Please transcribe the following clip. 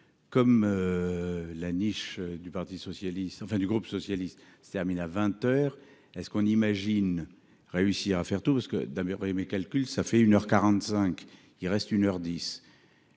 enfin du groupe socialiste se termine à 20h est ce qu'on imagine. Réussir à faire tout parce que d'abord calcul ça fait 1h45. Il reste 1h10.